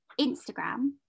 Instagram